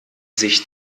sich